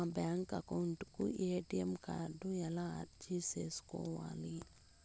మా bank account కు ATM card ఎలా అర్జీ సేసుకోవాలి?